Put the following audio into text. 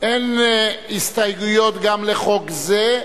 אין הסתייגויות גם לחוק זה,